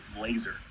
laser